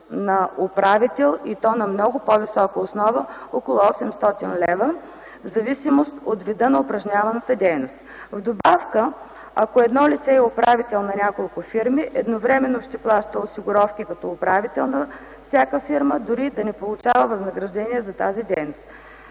на управител, и то на много по-висока основа – около 800 лв., в зависимост от вида на упражняваната дейност. В добавка, ако едно лице е управител на няколко фирми, едновременно ще плаща осигуровки като управител на всяка фирма, дори да не получава възнаграждение за тази дейност.